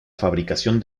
fabricación